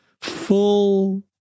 full